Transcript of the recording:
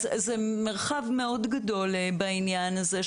יש מרחב מאוד גדול בעניין הזה,